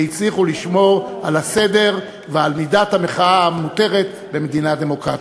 והצליחו לשמור על הסדר ועל מידת המחאה המותרת במדינה דמוקרטית.